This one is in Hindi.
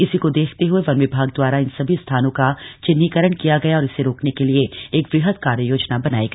इसी को देखते हए वन विभाग दवारा इन सभी स्थानों का चिन्हिकरण किया गया और इसे रोकने के लिए एक वृहद कार्य योजना बनाई है